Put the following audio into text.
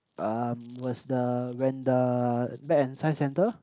um was the when the back in science centre